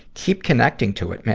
keep connecting to it, man.